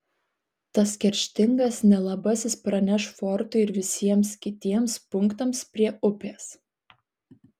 tas kerštingas nelabasis praneš fortui ir visiems kitiems punktams prie upės